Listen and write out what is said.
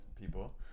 people